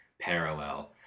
parallel